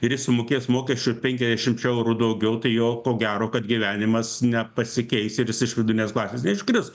ir jis sumokės mokesčių penkiasdešimčia eurų daugiau tai jo ko gero kad gyvenimas nepasikeis ir jis iš vidurinės klasės neiškris